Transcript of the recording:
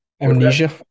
Amnesia